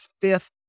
fifth